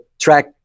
track